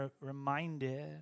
reminded